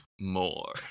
More